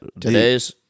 Today's